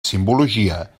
simbologia